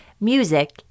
music